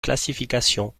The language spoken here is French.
classification